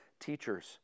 teachers